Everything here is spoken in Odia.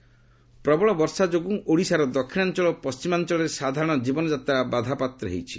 ଓଡ଼ିଶା ରେନ୍ ପ୍ରବଳ ବର୍ଷା ଯୋଗୁଁ ଓଡ଼ିଶାର ଦକ୍ଷିଣାଞ୍ଚଳ ଓ ପଣ୍ଟିମାଞ୍ଚଳରେ ସାଧାରଣ ଜୀବନଯାତ୍ରା ବାଧାପ୍ରାପ୍ତ ହୋଇଛି